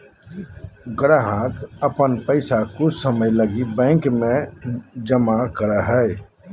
ग्राहक अपन पैसा कुछ समय लगी बैंक में जमा करो हइ